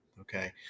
okay